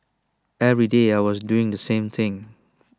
every day I was doing the same thing